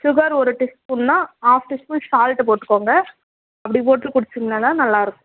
sugar ஒரு டீஸ்பூன்னால் half teaspoon salt போட்டுக்கோங்க அப்படி போட்டு குடிச்சீங்கன்னால் தான் நல்லாயிருக்கும்